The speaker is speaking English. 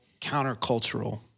countercultural